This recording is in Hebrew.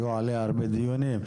יהיו עליה הרבה דיונים.